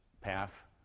path